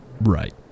Right